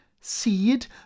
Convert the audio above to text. Seed